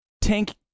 Tank